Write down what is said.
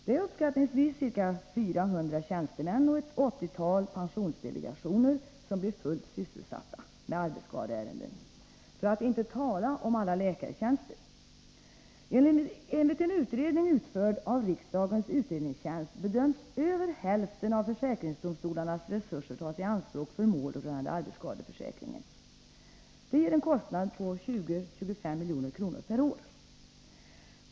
Det är uppskattningsvis 400 tjänstemän och ett åttiotal pensionsdelegationer som blir fullt sysselsatta med arbetsskadeärenden — för att inte tala om alla läkartjänster. Enligt en utredning utförd av riksdagens utredningstjänst bedöms över hälften av försäkringsdomstolarnas resurser tas i anspråk för mål rörande arbetsskadeförsäkringen. Detta ger en kostnad på 20-25 milj.kr. per år.